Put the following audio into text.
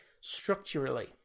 structurally